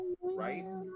Right